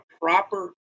proper